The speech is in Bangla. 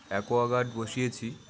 অ্যাকোয়াগার্ড বসিয়েছি